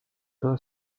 toda